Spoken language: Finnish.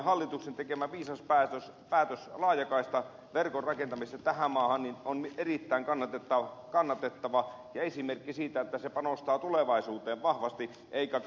hallituksen tekemä viisas päätös laajakaistaverkon rakentamisesta tähän maahan on erittäin kannatettava ja esimerkki siitä että se panostaa tulevaisuuteen vahvasti eikä katso menneisyyteen